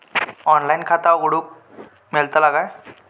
Online खाता उघडूक मेलतला काय?